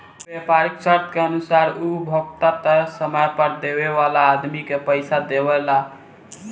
व्यापारीक शर्त के अनुसार उ उपभोक्ता तय समय पर देवे वाला आदमी के पइसा देवेला